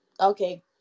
okay